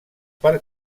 per